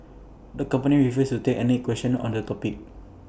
the company refused to take any questions on the topic